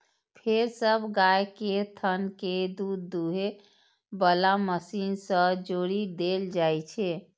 फेर सब गाय केर थन कें दूध दुहै बला मशीन सं जोड़ि देल जाइ छै